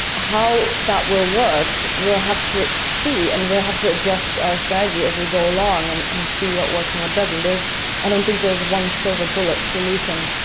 how that will work, we'll have to see and we'll have to adjust our strategy as we go along and and see what works and what doesn't. i don't think there's one silver bullet solution,